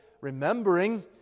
remembering